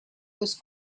was